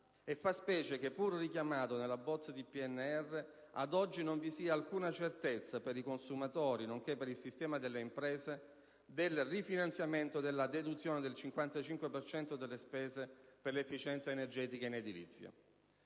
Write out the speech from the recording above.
Fa specie che, pur richiamato nella bozza di Programma nazionale di riforma, ad oggi, non vi sia alcuna certezza per i consumatori nonché per il sistema delle imprese del rifinanziamento della deduzione del 55 per cento delle spese per l'efficienza energetica in edilizia;